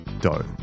dough